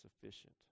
sufficient